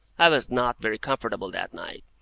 i was not very comfortable that night,